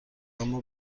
اما